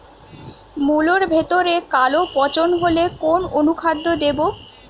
মুলোর ভেতরে কালো পচন হলে কোন অনুখাদ্য দেবো?